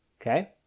Okay